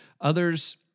Others